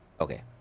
Okay